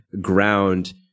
ground